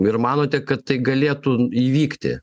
ir manote kad tai galėtų įvykti